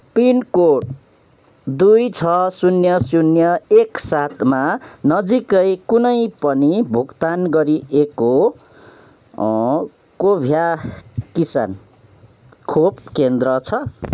pin code दुई छ शून्य शून्य एक सातमा नजिकै कुनै पनि भुक्तान गरिएको कोभ्याक्सिन खोप केन्द्र छ